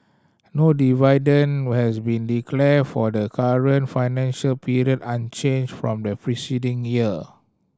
no dividend has been declared for the current financial period unchanged from the preceding year